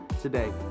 today